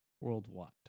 worldwide